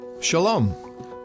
Shalom